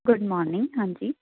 good morning ਹਾਂਜੀ